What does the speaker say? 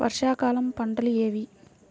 వర్షాకాలం పంటలు ఏవి?